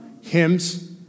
hymns